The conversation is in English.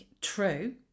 true